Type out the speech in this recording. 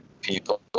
people